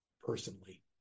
personally